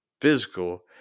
physical